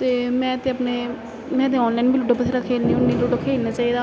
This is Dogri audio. ते में ते अपने में ते आनलाइन बी लूडो बत्थेरा खेलनी होन्नी लूडो खेलना चाहिदा